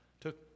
took